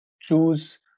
choose